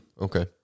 Okay